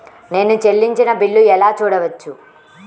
నేను చెల్లించిన బిల్లు ఎలా చూడవచ్చు?